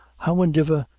howandiver,